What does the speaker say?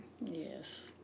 yes